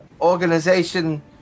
organization